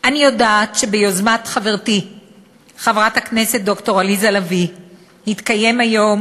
יודעת שביוזמת חברתי חברת הכנסת ד"ר עליזה לביא התקיים היום